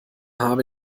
habe